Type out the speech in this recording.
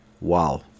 Wow